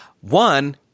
one